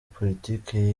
politique